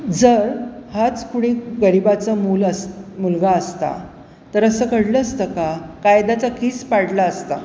जर हाच पुढे गरिबाचं मूल अस मुलगा असता तर असं कडलं असतका कायद्याचा कीस पाडला असता